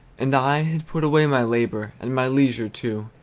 and i had put away my labor, and my leisure too,